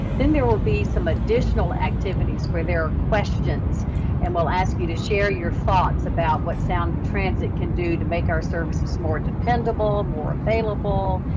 then there will be some additional activities where there are questions and will ask you to share your thoughts about what sound transit can do to make our service is more dependable more available,